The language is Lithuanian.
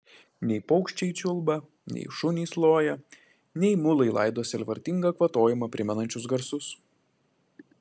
nei paukščiai čiulba nei šunys loja nei mulai laido sielvartingą kvatojimą primenančius garsus